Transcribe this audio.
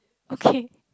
okay